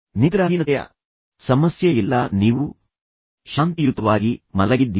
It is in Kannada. ನಿದ್ರಾಹೀನತೆಯ ಸಮಸ್ಯೆಯಿಲ್ಲ ನೀವು ಶಾಂತಿಯುತವಾಗಿ ಮಲಗಿದ್ದೀರಿ